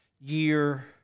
year